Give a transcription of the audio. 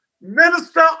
Minister